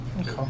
Okay